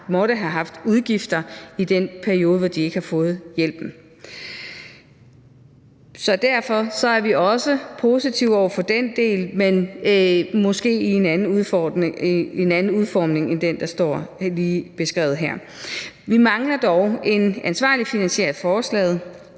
måtte have haft udgifter i den periode, hvor de ikke har fået hjælpen. Så derfor er vi også positive over for den del, men måske i en anden udformning end den, der lige står beskrevet her. Vi mangler dog en ansvarlig finansiering af forslaget.